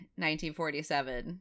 1947